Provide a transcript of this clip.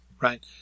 right